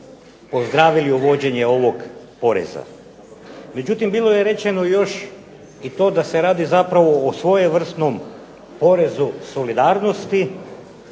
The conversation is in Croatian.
pozdravili uvođenje ovog poreza. Međutim, bilo je rečeno još i to da se radi zapravo o svojevrsnom porezu solidarnosti,